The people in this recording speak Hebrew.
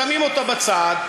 שמים אותה בצד,